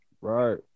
Right